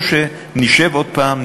או שנשב עוד הפעם,